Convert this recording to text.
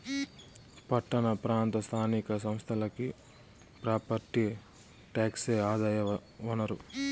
పట్టణ ప్రాంత స్థానిక సంస్థలకి ప్రాపర్టీ టాక్సే ఆదాయ వనరు